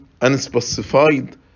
unspecified